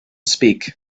speak